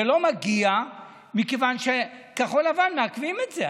זה לא מגיע מכיוון שכחול לבן מעכבים את זה,